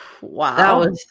Wow